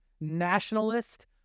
nationalist